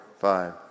five